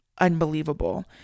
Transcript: unbelievable